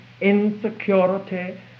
insecurity